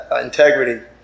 integrity